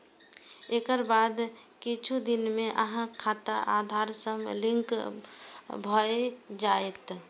एकर बाद किछु दिन मे अहांक खाता आधार सं लिंक भए जायत